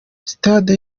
stade